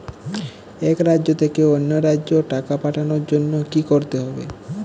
এক রাজ্য থেকে অন্য রাজ্যে টাকা পাঠানোর জন্য কী করতে হবে?